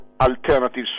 alternative